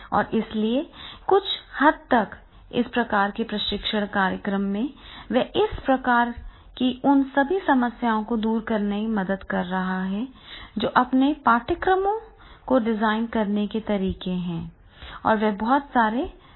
और इसलिए कुछ हद तक इस प्रकार के प्रशिक्षण कार्यक्रम में वे इस प्रकार की उन सभी समस्याओं को दूर करने में मदद कर रहे हैं जो अपने पाठ्यक्रमों को डिजाइन करने के तरीके हैं और वे बहुत सारे प्रोग्रामर हैं